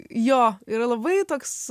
jo yra labai toks